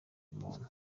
umuntu